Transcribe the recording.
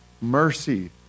mercy